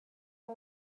und